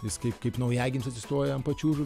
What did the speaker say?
jis kaip kaip naujagimis atsistoja ant pačiūžų